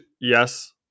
Yes